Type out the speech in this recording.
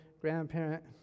grandparent